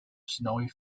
snowy